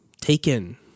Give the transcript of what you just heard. taken